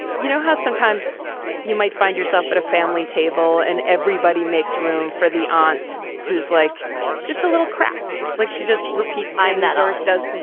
you know, how sometimes you might find yourself at a family table and everybody makes room for the aunt who's like just a little cracked, like she just repeats i'm that aren't does.